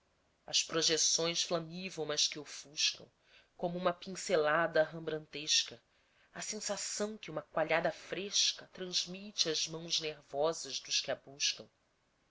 as projeções flamívomas que ofuscam como uma pincelada rembrandtesca a sensação que uma coalhada fresca transmite às mãos nervosas dos que a buscam